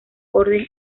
orden